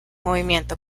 movimiento